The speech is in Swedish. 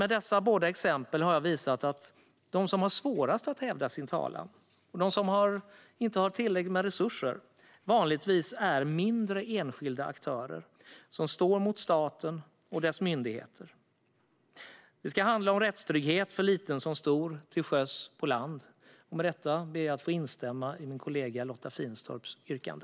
Med dessa båda exempel har jag visat att de som har svårast att hävda sin talan och inte har tillräckligt med resurser vanligtvis är mindre, enskilda aktörer som står mot staten och dess myndigheter. Det ska handla om rättstrygghet för liten som stor, till sjöss och på land. Med detta ber jag att få instämma i min kollega Lotta Finstorps yrkande.